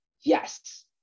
yes